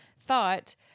thought